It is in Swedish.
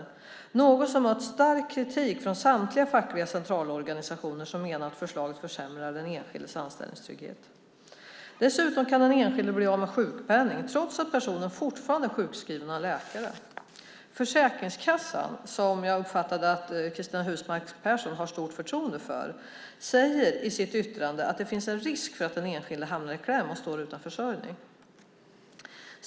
Det är något som har mött stark kritik från samtliga fackliga centralorganisationer som menar att förslaget försämrar den enskildes anställningstrygghet. Dessutom kan den enskilde bli av med sjukpenningen trots att personen fortfarande är sjukskriven av läkare. Försäkringskassan, som jag uppfattade att Cristina Husmark Pehrsson har stort förtroende för, säger i sitt yttrande att det finns en risk för att den enskilde hamnar i kläm och står utan försörjning.